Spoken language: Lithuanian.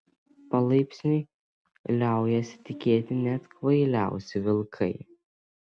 palaipsniui liaujasi tikėti net kvailiausi vilkai